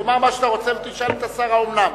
תאמר מה שאתה רוצה ותשאל את השר: האומנם?